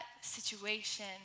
situation